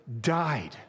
died